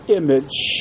image